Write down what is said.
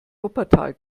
wuppertal